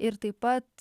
ir taip pat